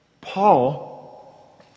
Paul